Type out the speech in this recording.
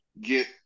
get